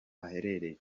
aherereye